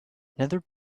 nether